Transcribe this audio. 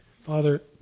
Father